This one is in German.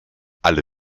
alle